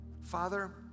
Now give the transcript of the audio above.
Father